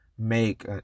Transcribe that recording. make